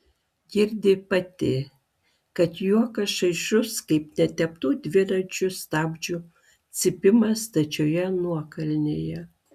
girdi pati kad juokas šaižus kaip neteptų dviračio stabdžių cypimas stačioje nuokalnėje